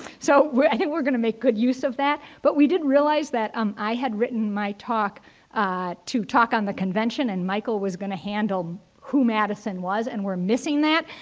so we're i think we're going to make good use of that. but we did realize that um i had written my talk to talk on the convention, and michael was going to handle madison was, and we're missing that.